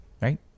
Right